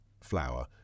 flour